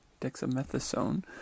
dexamethasone